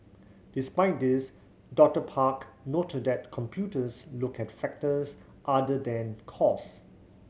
despite this Doctor Park noted that computers look at factors other than cost